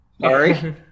Sorry